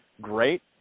great